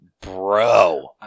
Bro